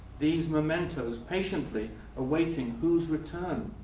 these mementos patiently awaiting who's return?